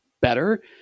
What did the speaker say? better